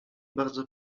bardzo